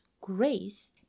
grace